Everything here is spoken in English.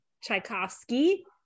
Tchaikovsky